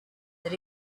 that